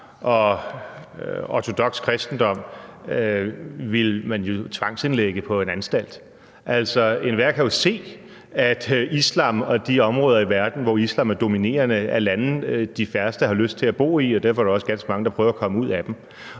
og ortodoks kristendom, ville man jo tvangsindlægge på en anstalt. Enhver kan jo se, at islam og de områder i verden, hvor islam er dominerende, er lande, de færreste har lyst til at bo i. Derfor er der også ganske mange, der prøver at komme ud af dem.